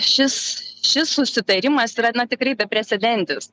šis šis susitarimas yra na tikrai beprecedentis